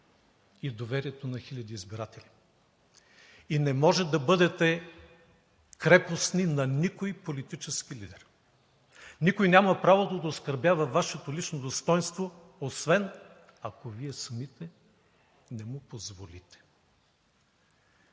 и доверието на хиляди избиратели и не може да бъдете крепостни на никой политически лидер. Никой няма право да оскърбява Вашето лично достойнство, освен ако Вие самите не му позволите.